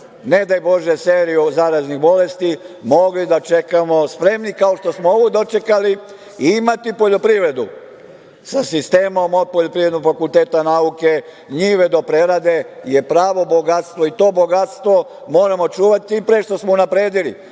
ne daj Bože, seriju zaraznih bolesti mogli da čekamo spremni, kao što smo ovu dočekali i imati poljoprivredu sa sistemom od Poljoprivrednog fakulteta, nauke, njive do prerade je pravo bogatstvo, i to bogatstvo moramo čuvati, tim pre što smo unapredili